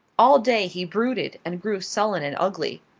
all day he brooded and grew sullen and ugly.